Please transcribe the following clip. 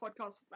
podcast